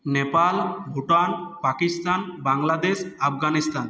Nepal Bhutan Pakistan Bangladesh Afghanistan